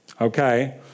Okay